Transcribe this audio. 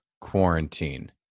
Quarantine